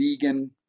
vegan